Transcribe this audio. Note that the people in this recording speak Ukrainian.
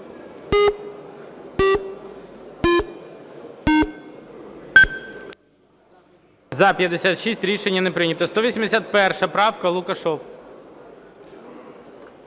За-56 Рішення не прийнято. 181 правка, Лукашев.